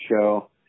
show